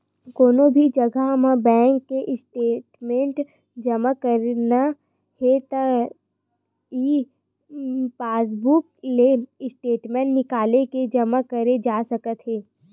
कोनो भी जघा म बेंक के स्टेटमेंट जमा करना हे त ई पासबूक ले स्टेटमेंट निकाल के जमा करे जा सकत हे